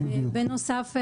בנוסף,